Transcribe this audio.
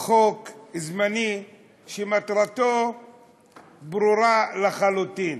חוק זמני שמטרתו ברורה לחלוטין?